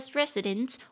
residents